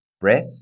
breath